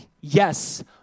yes